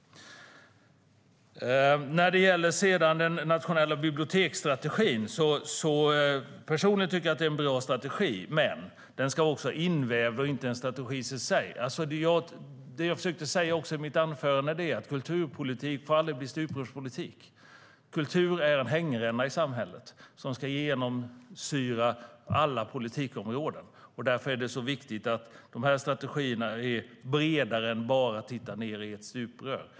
När det gäller den nationella biblioteksstrategin tycker jag personligen att det är en bra strategi, men den ska också inväva en strategi i sig. Det jag försökte säga i mitt anförande är att kulturpolitik aldrig får bli stuprörspolitik. Kultur är en hängränna i samhället som ska genomsyra alla politikområden. Därför är det viktigt att strategierna är bredare än att bara titta ned igenom ett stuprör.